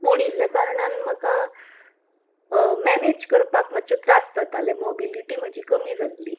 मोडिल्ल्या कारणान म्हाका मॅनेज करपाक मात्शे त्रास जाताले मोबिलिटी म्हजी कमी जाल्ली